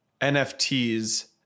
NFTs